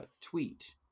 tweet